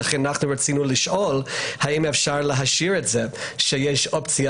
לכן רצינו לשאול האם אפשר להשאיר את זה כך שיש אופציה